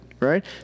Right